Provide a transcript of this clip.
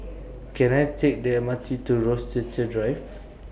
Can I Take The M R T to Rochester Drive